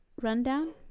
rundown